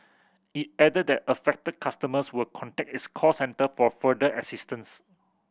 it added that affected customers would contact its call centre for further assistance